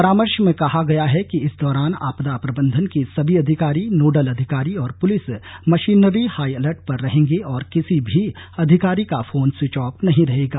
परामर्श में कहा गया है कि इस दौरान आपदा प्रबंधन के सभी अधिकारी नोडल अधिकारी और पुलिस मशीनरी हाई अलर्ट पर रहेंगे और किसी भी अधिकारी का फोन स्विच ऑफ नहीं रहेगा